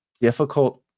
difficult